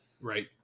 Right